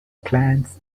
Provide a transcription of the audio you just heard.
plants